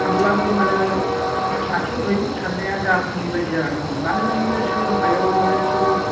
सानब्लाबो माने सानस'यै साननाया जाफुङै बायदि जानानै दं मानोना मानि सोलोंथाइआव माने फिसोरो